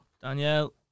Danielle